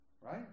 Right